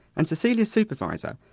and cecilia's supervisor,